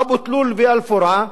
אבו-תלול ואל-פורעה,